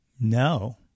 No